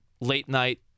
late-night